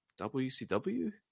WCW